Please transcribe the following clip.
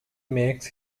makes